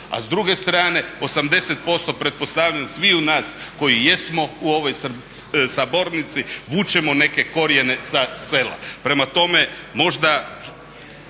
A s druge strane 80% pretpostavljam sviju nas koji jesmo u ovoj sabornici vučemo neke korijene sa sela. Prema tome, možda